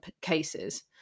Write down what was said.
cases